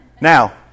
Now